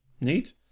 neat